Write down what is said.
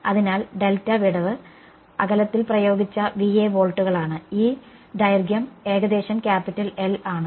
അതിനാൽ ഡെൽറ്റ വിടവ് അകലത്തിൽ പ്രയോഗിച്ച Va വോൾട്ടുകളാണ് ഈ ദൈർഘ്യം ഏകദേശം ക്യാപിറ്റൽ L ആണ്